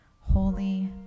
holy